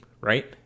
right